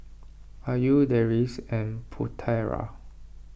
Ayu Deris and Putera